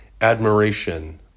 admiration